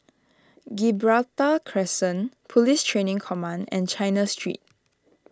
Gibraltar Crescent Police Training Command and China Street